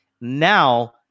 Now